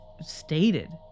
stated